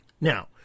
Now